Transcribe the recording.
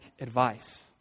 advice